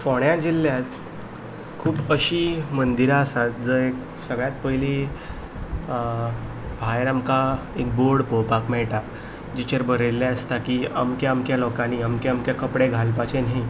फोंण्या जिल्ल्यांत खूब अशी मंदिरां आसात जंय सगळ्यांत पयलीं भायर आमकां एक बोर्ड पळोवपाक मेळटा जिचेर बरयल्लें आसता की अमक्या अमक्या लोकांनी अमक्या अमक्या कपडे घालपाचें न्हय